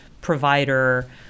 provider